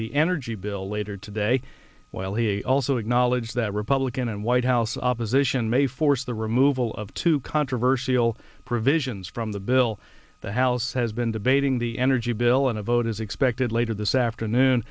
the energy bill later today while he also acknowledged that republican and white house opposition may force the removal of two controversial provisions from the bill the house has been debating the energy bill and a vote is expected later this afternoon